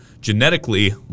genetically